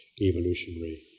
evolutionary